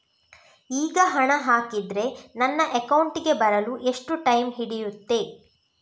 ಈಗ ಹಣ ಹಾಕಿದ್ರೆ ನನ್ನ ಅಕೌಂಟಿಗೆ ಬರಲು ಎಷ್ಟು ಟೈಮ್ ಹಿಡಿಯುತ್ತೆ?